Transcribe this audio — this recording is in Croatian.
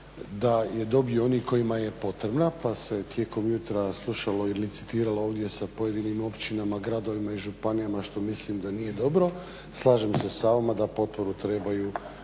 da je dobiju oni kojima je potrebna pa se tijekom jutra slušalo i licitiralo ovdje sa pojedinim općinama, gradovima i županijama što mislim da nije dobro. Slažem se s vama da potporu trebaju